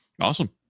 Awesome